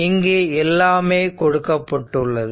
இங்கு எல்லாமே கொடுக்கப்பட்டுள்ளது